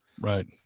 Right